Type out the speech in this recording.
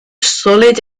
solid